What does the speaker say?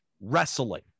wrestling